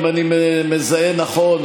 אם אני מזהה נכון,